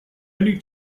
only